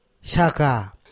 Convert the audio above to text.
shaka